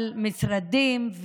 על משרדים,